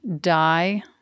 die